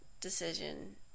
decision